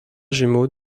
jumeau